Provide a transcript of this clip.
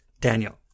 Daniel